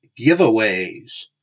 giveaways